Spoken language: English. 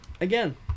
again